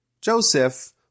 Joseph